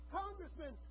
congressmen